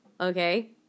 Okay